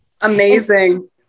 Amazing